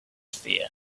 fear